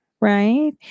right